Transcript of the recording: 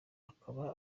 akaba